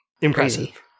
impressive